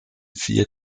vier